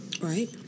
Right